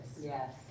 Yes